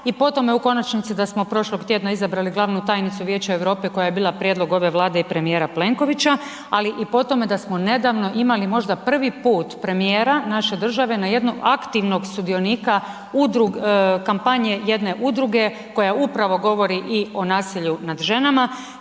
i po tome u konačnici da smo prošlog tjedna izabrali glavnu tajnicu Vijeća Europe koja je bila prijedlog ove Vlade i premijera Plenkovića, ali i po tome da smo nedavno imali možda prvi put premijera naše države na jednog aktivnog sudionika kampanje jedne udruge koja upravo govori i o nasilju nad ženama,